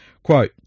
Quote